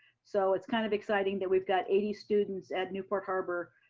so it's kind of exciting that we've got eighty students at newport harbor,